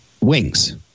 wings